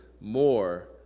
more